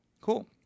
Cool